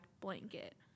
blanket